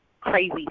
crazy